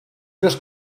just